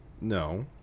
No